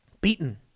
beaten